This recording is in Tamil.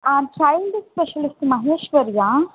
ah child specialist மகேஷ்வரியா